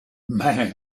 man